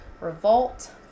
revolt